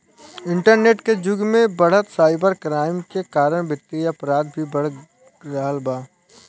internet के जुग में बढ़त साइबर क्राइम के कारण वित्तीय अपराध भी बढ़ रहल बा